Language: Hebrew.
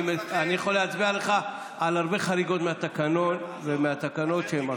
אני יכול להצביע לך על הרבה חריגות מהתקנון ומהתקנות שהם עשו.